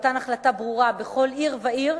במתן החלטה ברורה בכל עיר ועיר,